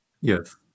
Yes